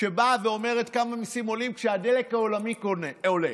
שבאה ואומרת בכמה המיסים עולים כשהדלק העולמי עולה.